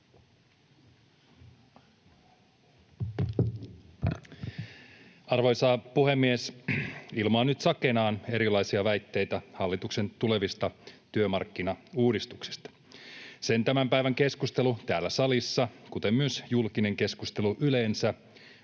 Arvoisa puhemies! Ilma on nyt sakeanaan erilaisia väitteitä hallituksen tulevista työmarkkinauudistuksista. Sen tämän päivän keskustelu täällä salissa, kuten myös julkinen keskustelu yleensä,